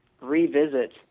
revisit